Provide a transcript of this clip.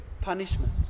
punishment